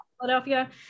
Philadelphia